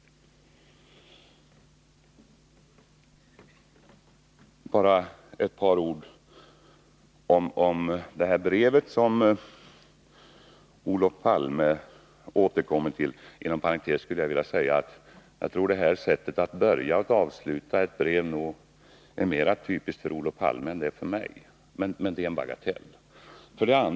Så bara ett par ord om det brev som Olof Palme återkommer till. Jag vill inom parentes säga att detta sätt att börja och avsluta ett brev är mer typiskt för Olof Palme än för mig. Men det är en bagatell.